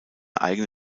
eigene